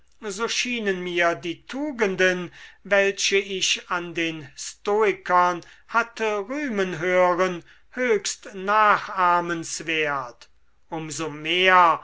so schienen mir die tugenden welche ich an den stoikern hatte rühmen hören höchst nachahmenswert um so mehr